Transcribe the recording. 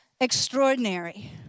extraordinary